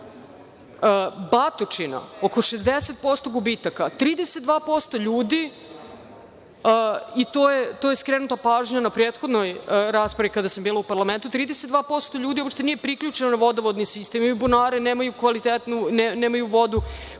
gubitaka. Batočina, oko 60% gubitaka, 32% ljudi i to je skrenuta pažnja na prethodnoj raspravi kada sam bila u parlamentu, 32% ljudi uopšte nije priključeno na vodovodni sistem, imaju bunare, nemaju kvalitetnu vodu. Dakle,